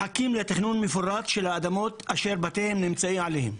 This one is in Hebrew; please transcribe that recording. מחכים לתכנון מפורט של האדמות אשר בתיהם נמצאים עליהם.